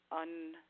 un-